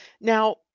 Now